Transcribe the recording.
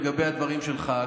לגבי הדברים שלך,